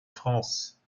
france